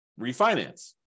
refinance